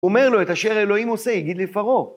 אומר לו את אשר אלוהים עושה, הגיד לפרעה.